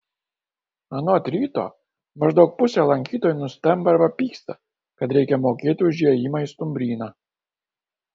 anot ryto maždaug pusė lankytojų nustemba arba pyksta kad reikia mokėti už įėjimą į stumbryną